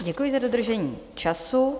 Děkuji za dodržení času.